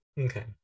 Okay